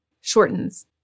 shortens